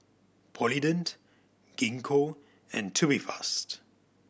Polident Gingko and Tubifast